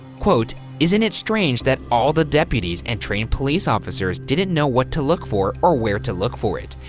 isn't it strange that all the deputies and trained police officers didn't know what to look for or where to look for it?